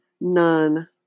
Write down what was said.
none